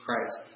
Christ